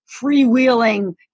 freewheeling